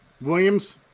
Williams